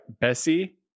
Bessie